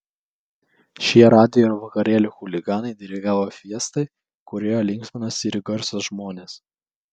šie radijo ir vakarėlių chuliganai dirigavo fiestai kurioje linksminosi ir garsūs žmonės